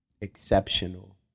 exceptional